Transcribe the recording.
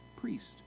priest